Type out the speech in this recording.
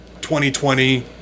2020